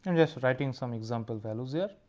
and just writing some example values here.